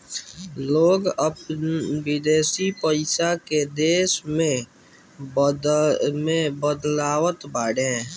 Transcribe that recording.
लोग अपन विदेशी पईसा के देश में पईसा में बदलवावत बाटे